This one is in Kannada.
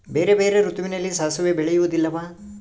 ಬೇರೆ ಬೇರೆ ಋತುವಿನಲ್ಲಿ ಸಾಸಿವೆ ಬೆಳೆಯುವುದಿಲ್ಲವಾ?